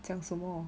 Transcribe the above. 讲什么